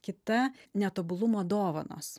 kita netobulumo dovanos